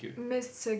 Mister